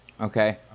Okay